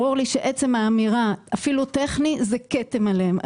ברור לי שעצם האמירה אפילו טכני זה כתם עליהם.